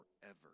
forever